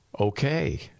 Okay